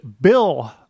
Bill